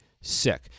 sick